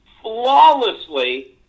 flawlessly